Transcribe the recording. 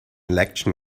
election